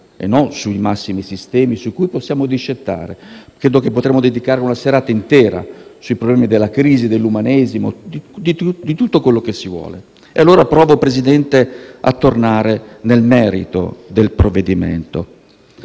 e non sui massimi sistemi, su cui possiamo discettare e credo potremmo dedicare una serata intera sui problemi della crisi dell'Umanesimo e di tutto quello che si vuole. E allora provo, Presidente, a tornare nel merito del provvedimento.